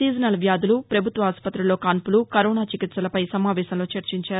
seasonal వ్యాధులు ప్రభుత్వ ఆస్పత్తుల్లో కాన్పులు కరోనా చికిత్సలపై సమావేశంలో చర్చించారు